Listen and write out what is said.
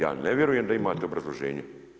Ja ne vjerujem da imate obrazloženje.